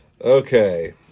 Okay